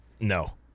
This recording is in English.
No